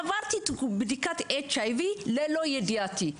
עברתי בדיקת HIV ללא ידיעתי.